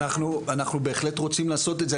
אנחנו בהחלט רוצים לעשות את זה,